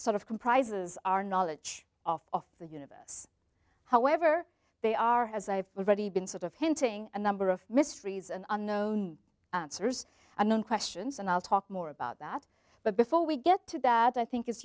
sort of comprises our knowledge of the universe however they are as i have already been sort of hinting a number of mysteries and unknown cers unknown questions and i'll talk more about that but before we get to that i think it's